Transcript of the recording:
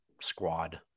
squad